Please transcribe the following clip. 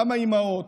גם האימהות,